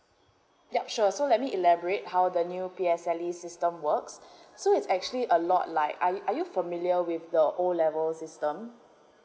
yup sure so let me elaborate how the new P_S_L_E system works so is actually a lot like are you are you familiar with the O level system